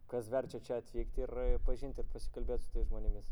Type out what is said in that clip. kas verčia čia atvykti ir pažinti ir pasikalbėt su tais žmonėmis